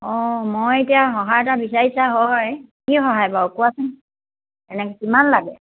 অঁ মই এতিয়া সহায় এটা বিচাৰিছা হয় কি সহায় বাৰু কোৱাচোন এনেকে কিমান লাগে